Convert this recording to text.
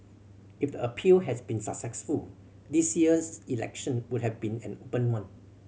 if the appeal has been successful this year's election would have been an open one